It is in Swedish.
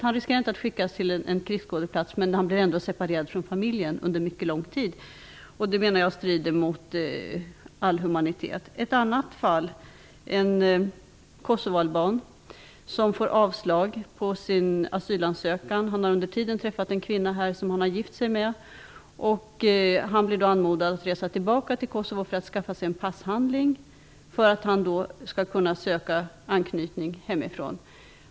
Han riskerar inte att skickas till en krigsskådeplats, men han blir ändå separerad från familjen under mycket lång tid. Det menar jag strider mot all humanitet. En kosovoalban får avslag på sin asylansökan. Han har under tiden träffat en kvinna här, som han har gift sig med. Han blir anmodad att resa tillbaka till Kosovo för att skaffa sig en passhandling, för att han skall kunna ansöka om anknytningsinvandring hemifrån.